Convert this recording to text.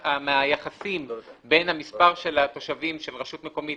מהיחסים בין המספר של התושבים של רשות מקומית,